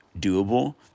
doable